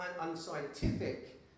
unscientific